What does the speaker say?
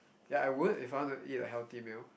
yeah I would if I want to eat a healthy meal